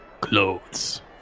Clothes